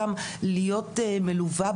הן לא חידוש,